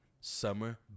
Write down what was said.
summer